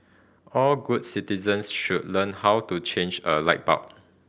all good citizens should learn how to change a light bulb